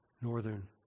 northern